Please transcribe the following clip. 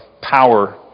power